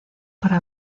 para